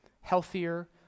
healthier